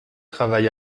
travail